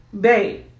Babe